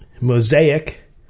Mosaic